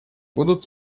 будут